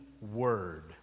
Word